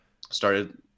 Started